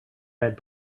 read